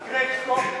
"אגרקסקו".